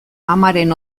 amaren